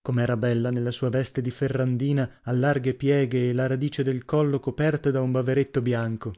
com'era bella nella sua veste di ferrandina a larghe pieghe e la radice del collo coperta da un baveretto bianco